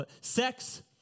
Sex